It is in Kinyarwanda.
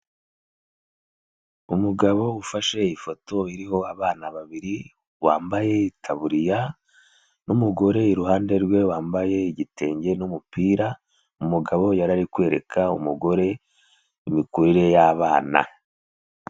Umugabo ufashe ifoto iriho abana babiri, wambaye itaburiya n'umugore iruhande rwe wambaye igitenge n'umupira, umugabo yari kwereka umugore imikurire y'abana.